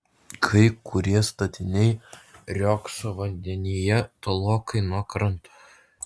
kai kurie statiniai riogso vandenyje tolokai nuo kranto